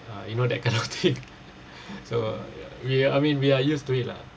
uh you know that kind of thing so we are I mean we are used to it lah